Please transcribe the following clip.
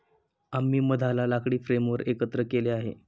आम्ही मधाला लाकडी फ्रेमवर एकत्र केले आहे